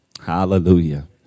hallelujah